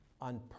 on